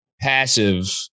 passive